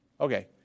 Okay